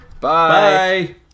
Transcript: Bye